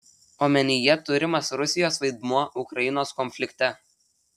omenyje turimas rusijos vaidmuo ukrainos konflikte